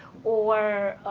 or